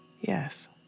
Yes